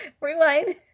Rewind